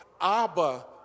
Abba